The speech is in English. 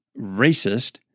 racist